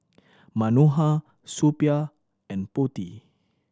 Manohar Suppiah and Potti